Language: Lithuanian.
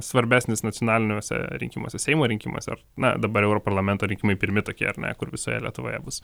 svarbesnis nacionaliniuose rinkimuose seimo rinkimuose na dabar europarlamento rinkimai pirmi tokie ar ne kur visoje lietuvoje bus